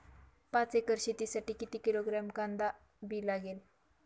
पाच एकर शेतासाठी किती किलोग्रॅम कांदा बी लागेल?